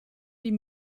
die